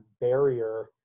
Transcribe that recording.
barrier